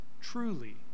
truly